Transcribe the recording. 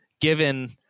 given